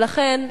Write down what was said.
ולכן,